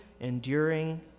enduring